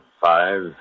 Five